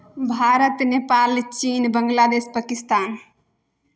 भारत नेपाल चीन बांग्लादेश पकिस्तान